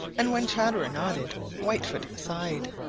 and when chatterer nodded whitefoot sighed.